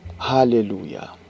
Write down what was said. Hallelujah